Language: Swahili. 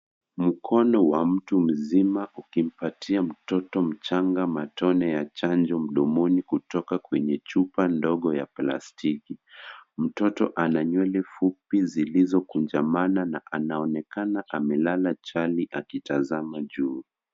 Mkono wa mtu mzima ukimpatia mtoto mchanga matone ya chanjo mdomoni kutoka kwenye chupa ndogo ya plastiki. Mtoto ana nywele fupi zilizokunjamana na anaonekana amelala chali akitazama juu.